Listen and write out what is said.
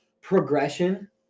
progression